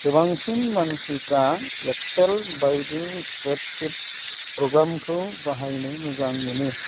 गोबांसिन मानसिफ्रा एक्सेल बायदि स्प्रेडशीट प्रग्रामखौ बाहायनो मोजां मोनो